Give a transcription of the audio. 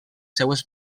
seves